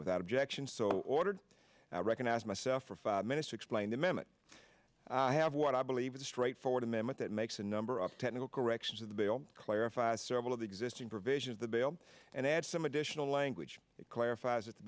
without objection so ordered i recognize myself for five minutes to explain the minute i have what i believe is a straightforward amendment that makes a number of technical corrections of the bill clarify several of the existing provisions the bill and add some additional language that clarifies it t